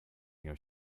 your